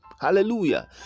Hallelujah